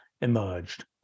emerged